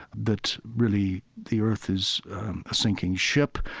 that really the earth is a sinking ship,